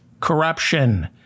corruption